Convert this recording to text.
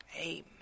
Amen